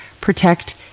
protect